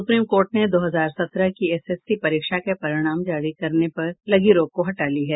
supreme court ने दो हजार सत्रह की एसएससी परीक्षा के परिणाम जारी करने पर लगी रोक को हटा ली है